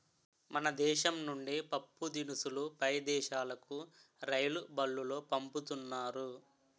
మన దేశం నుండి పప్పుదినుసులు పై దేశాలుకు రైలుబల్లులో పంపుతున్నారు